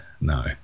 no